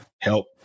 help